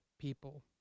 people